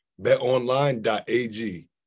BetOnline.ag